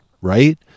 right